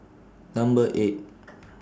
Number eight